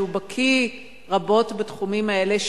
שבקי מאוד בתחומים האלה,